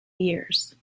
years